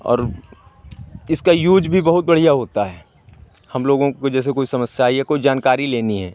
और इसका यूज़ भी बहुत बढ़िया होता है हम लोगों को जैसे कोई समस्या आई या कोई जानकारी लेनी है